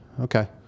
Okay